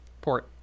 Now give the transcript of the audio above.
port